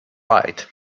right